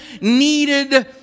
needed